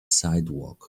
sidewalk